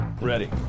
Ready